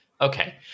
Okay